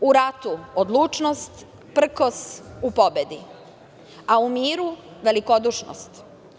U ratu odlučnost, prkos u pobedi, a u miru velikodušnost.